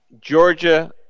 Georgia